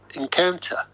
encounter